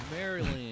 Maryland